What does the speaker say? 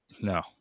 No